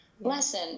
Lesson